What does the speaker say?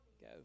go